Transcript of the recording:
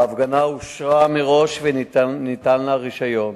ההפגנה אושרה מראש וניתן לה רשיון.